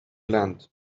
land